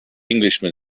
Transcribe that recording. englishman